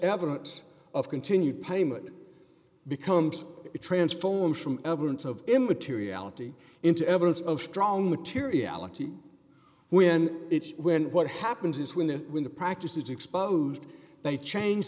evidence of continued payment becomes it transforms from evidence of him materiality into evidence of strong materiality when it's when what happens is when the when the practice is exposed they change